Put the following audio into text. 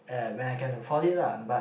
and when I can afford it lah but